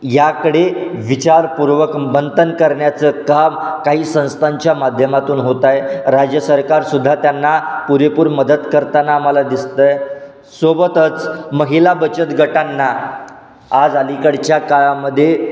याकडे विचारपूर्वक मंथन करण्याचं काम काही संस्थांच्या माध्यमातून होतं आहे राज्य सरकारसुद्धा त्यांना पुरेपूर मदत करताना आम्हाला दिसतं आहे सोबतच महिला बचत गटांना आज अलीकडच्या काळामध्ये